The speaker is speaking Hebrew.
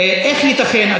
איך ייתכן,